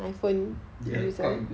they have quite good